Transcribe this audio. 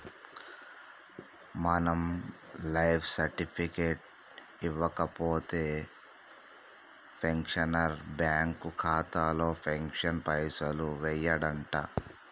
మనం life certificate ఇవ్వకపోతే pensioner bank ఖాతాలో పెన్షన్ పైసలు యెయ్యడంట